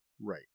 Right